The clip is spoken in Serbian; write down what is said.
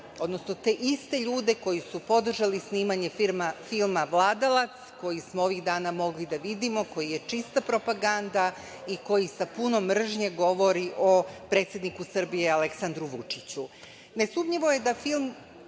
odnosno te iste ljude koji su podržali snimanje filma „Vladalac“, koji smo ovih dana mogli da vidimo, koji je čista propaganda i koji sa puno mržnje govori o predsedniku Srbije Aleksandru Vučiću. Nesumnjivo je da film